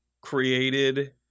created